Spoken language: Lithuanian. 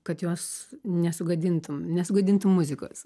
kad jos nesugadintum nesugadintum muzikos